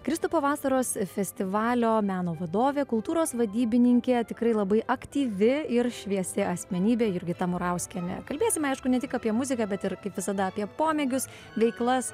kristupo vasaros festivalio meno vadovė kultūros vadybininkė tikrai labai aktyvi ir šviesi asmenybė jurgita murauskienė kalbėsime aišku ne tik apie muziką bet ir kaip visada apie pomėgius veiklas